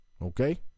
Okay